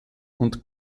und